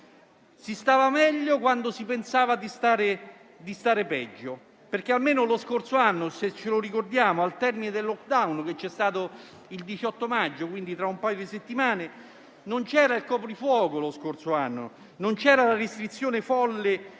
si stava meglio quando si pensava di stare peggio, perché almeno lo scorso anno - se ce lo ricordiamo - al termine del *lockdown*, che è stato il 18 maggio 2020 (quindi sarebbe tra un paio di settimane), non c'era il coprifuoco, non c'erano le restrizioni folli